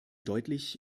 deutlich